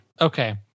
Okay